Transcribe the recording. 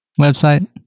website